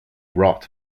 rot